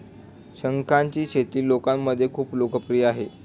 शंखांची शेती लोकांमध्ये खूप लोकप्रिय आहे